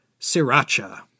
Sriracha